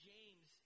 James